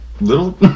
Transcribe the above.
little